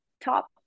top